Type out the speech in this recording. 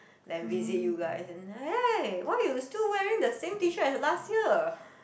then visit you guys and hey why you still wearing the same T-shirt as last year